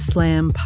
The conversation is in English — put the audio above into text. Slam